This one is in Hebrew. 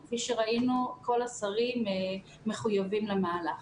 או כפי שראינו, כל השרים מחויבים למהלך.